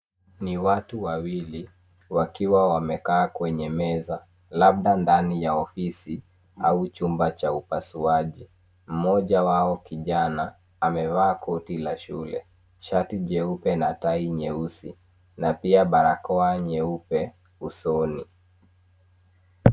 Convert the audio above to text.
Ni watu wawili wakiwa wamekaa kwenye meza, labda ndani ya ofisi au chumba cha upasuaji. Mmoja wao kijana amevaa koti la shule, shati cheupe na tai nyeusi, na pia barakoa nyeupe usoni.